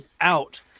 out